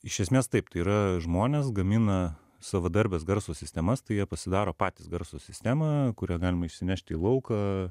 iš esmės taip tai yra žmonės gamina savadarbes garso sistemas tai jie pasidaro patys garso sistema kurią galima išsinešti į lauką